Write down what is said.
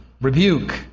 rebuke